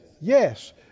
Yes